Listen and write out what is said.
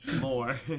more